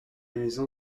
maison